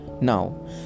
Now